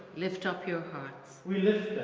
lift up your hearts, we lift